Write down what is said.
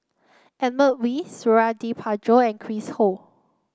Edmund Wee Suradi Parjo and Chris Ho